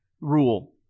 rule